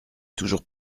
toujours